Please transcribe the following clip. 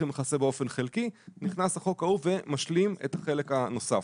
מכסה באופן חלקי נכנס החוק ההוא ומשלים את החלק הנוסף.